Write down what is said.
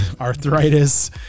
arthritis